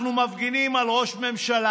אנחנו מפגינים על ראש ממשלה,